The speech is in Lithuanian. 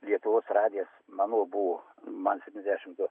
lietuvos radijas manau buvo man sptyniasdešimt du